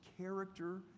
character